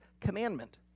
commandment